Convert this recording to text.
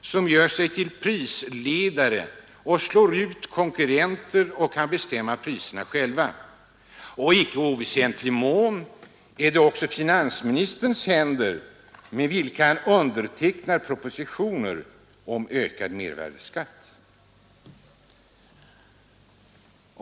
som gör sig till prisledare och själva bestämmer priserna samt slår ut konkurrenter. I icke oväsentlig mån är det också finansministerns händer med vilka han undertecknar propositioner om ökad mervärdeskatt.